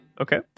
Okay